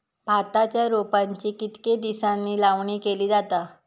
भाताच्या रोपांची कितके दिसांनी लावणी केली जाता?